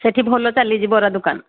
ସେଠି ଭଲ ଚାଲିଛି ବରା ଦୋକାନ